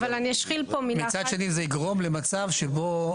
המצב היום,